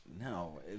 No